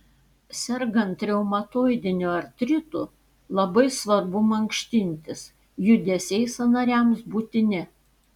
sergant reumatoidiniu artritu labai svarbu mankštintis judesiai sąnariams būtini